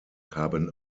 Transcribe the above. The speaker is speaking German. haben